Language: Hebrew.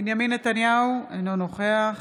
בנימין נתניהו, אינו נוכח